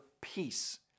peace